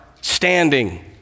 standing